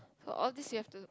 so all these you have to